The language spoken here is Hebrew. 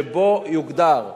שבו יוגדר.